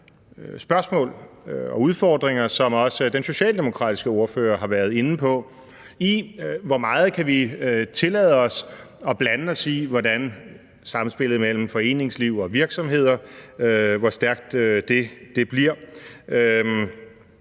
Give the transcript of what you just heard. spørgsmål og udfordringer, som også den socialdemokratiske ordfører har været inde på, med, hvor meget vi kan tillade os at blande os i, hvor stærkt samspillet mellem foreningsliv og virksomheder skal være. Hele